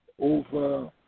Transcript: over